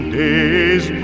days